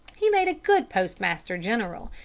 he made a good postmaster-general,